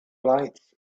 lights